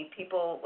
people